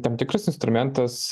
tam tikras instrumentas